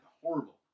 Horrible